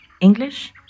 English